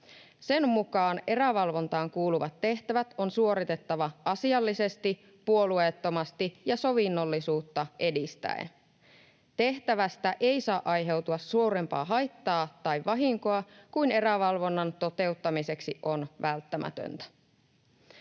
Sen mukaan erävalvontaan kuuluvat tehtävät on suoritettava asiallisesti, puolueettomasti ja sovinnollisuutta edistäen. Tehtävästä ei saa aiheutua suurempaa haittaa tai vahinkoa kuin erävalvonnan toteuttamiseksi on välttämätöntä.